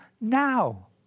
now